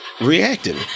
reacting